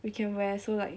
we can wear so like